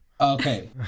okay